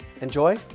Enjoy